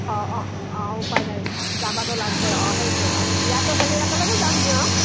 অঁ অঁ অঁ উপায় নাই যাবাত লাগবই অঁ সেইটো আৰু বিয়াত হ'লে একেলগে যাম দিওঁ অঁ